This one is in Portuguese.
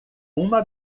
uma